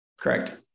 Correct